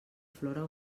flora